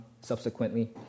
subsequently